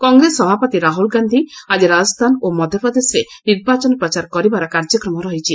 କଂଗ୍ରେସ ସଭାପତି ରାହୁଲ ଗାନ୍ଧି ଆଜି ରାଜସ୍ଥାନ ଓ ମଧ୍ୟପ୍ରଦେଶରେ ନିର୍ବାଚନ ପ୍ରଚାର କରିବାର କାର୍ଯ୍ୟକ୍ରମ ରହିଛି